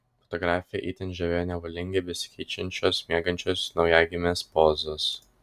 fotografę itin žavėjo nevalingai besikeičiančios miegančios naujagimės pozos